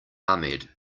ahmed